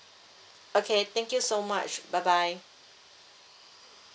okay thank you so much bye bye